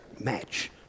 match